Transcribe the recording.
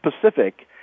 Pacific